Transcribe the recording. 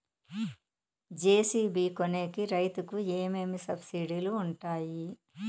JCB కొనేకి రైతుకు ఏమేమి సబ్సిడి లు వుంటాయి?